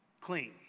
clean